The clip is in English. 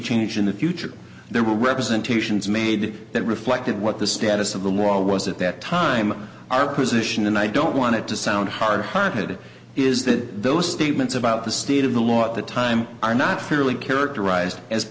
changed in the future there were representations made that reflected what the status of the law was at that time our position and i don't want it to sound hard hearted it is that those statements about the state of the law at the time are not fairly characterized as